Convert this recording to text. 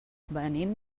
venim